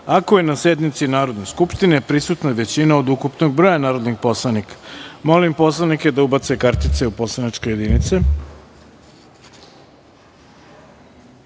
ako je na sednici Narodne skupštine prisutna većina od ukupnog broja narodnih poslanika. Molim poslanike da ubace kartice u poslaničke